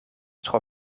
tro